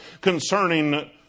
concerning